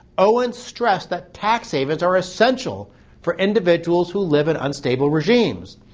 owens stressed that tax havens are essential for individuals who live in unstable regimes.